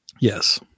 Yes